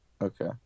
Okay